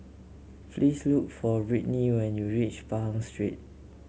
please look for Britny when you reach Pahang Street